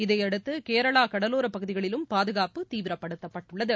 இதை அடுத்து கேரளா கடலோர பகுதிகளிலும் பாதுகாப்பு தீவிரப்படுத்தப்பட்டுள்ளது